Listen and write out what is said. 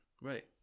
right